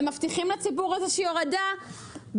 ומבטיחים לציבור איזושהי הורדה,